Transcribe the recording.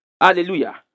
Hallelujah